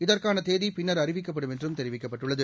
இதற்கான தேதி பின்னா் அறிவிக்கப்படும் என்றும் தெரிவிக்கப்பட்டுள்ளது